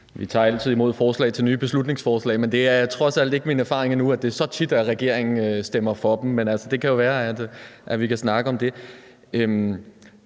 Vi tager altid imod forslag til nye beslutningsforslag, men det er trods alt ikke min erfaring endnu, at det er så tit, at regeringen stemmer for dem. Men altså, det kan jo være, at vi kan snakke om det.